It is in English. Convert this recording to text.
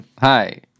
Hi